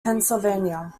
pennsylvania